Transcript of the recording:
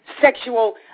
sexual